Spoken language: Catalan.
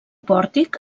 pòrtic